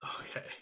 Okay